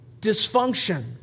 dysfunction